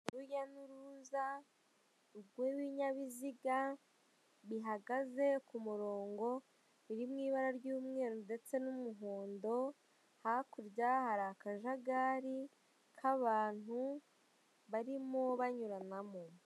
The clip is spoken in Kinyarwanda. Urujya n'uruza rw'ibinyabiziga bihagaze ku murongo uri mu ibara ry'umweru ndetse n'umuhondo hakurya hari akajagari k'abantu barimo banyuranamo .